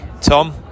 Tom